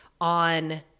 on